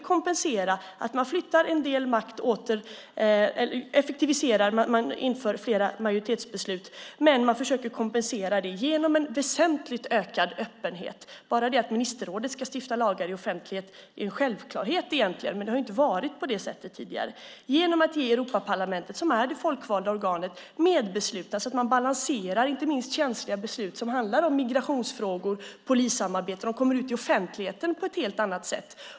Man flyttar en del makt, man effektiviserar och inför flera majoritetsbeslut, men man försöker kompensera det genom en väsentligt ökad öppenhet. Bara det att ministerrådet ska stifta lagar i offentlighet - en självklarhet egentligen, men det har inte varit på det sättet tidigare - genom att ge Europaparlamentet, som är det folkvalda organet, medbeslutanderätt gör att man balanserar inte minst känsliga beslut som handlar om migrationsfrågor och polissamarbete. De kommer ut i offentligheten på ett helt annat sätt.